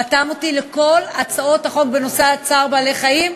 רתם אותי לכל הצעות החוק בנושא צער בעלי-חיים,